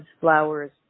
flowers